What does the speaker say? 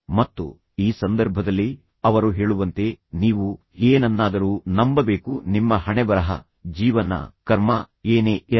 ಮತ್ತು ಈ ಸಂದರ್ಭದಲ್ಲಿ ಅವರು ಹೇಳುವಂತೆ ನೀವು ಏನನ್ನಾದರೂ ನಂಬಬೇಕು ನಿಮ್ಮ ಹಣೆಬರಹ ಜೀವನ ಕರ್ಮ ಏನೇ ಇರಲಿ